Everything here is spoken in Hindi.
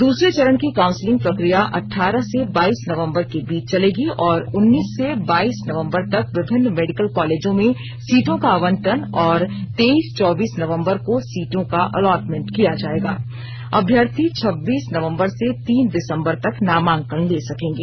दूसरे चरण की काउंसलिंग प्रक्रिया अठारह से बाइस नवंबर के बीच चलेगी और उन्नीस से बाइस नवंबर तक विभिन्न मेडिकल कॉलेजों में सीटों का आवंटन और तेईस चौबीस नवंबर को सीटों का अलॉटमेंट किया जाएगा अभ्यर्थी छब्बीस नवंबर से तीन दिसंबर तक नामांकन ले सकेंगे